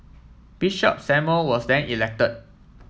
Bishop Samuel was then elected